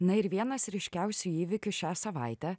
na ir vienas ryškiausių įvykių šią savaitę